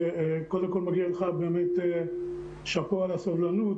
קודם כל מגיע לך שאפו על הסבלנות,